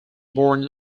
born